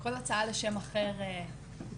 כל הצעה לשם אחר תתקבל.